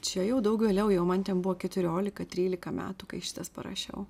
čia jau daug vėliau jau man ten buvo keturiolika trylika metų kai šitas parašiau